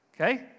Okay